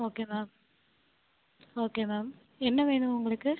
okay ma'am okay ma'am என்ன வேணும் உங்களுக்கு